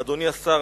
"אדוני השר,